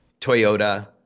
Toyota